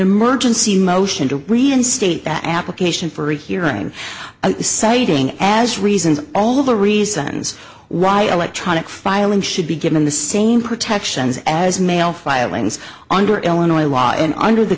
emergency motion to reinstate the application for a hearing citing as reasons all of the reasons why i tried it filing should be given the same protections as mail filings under illinois law and under the